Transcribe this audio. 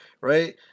right